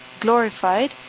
glorified